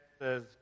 says